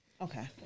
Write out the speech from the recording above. okay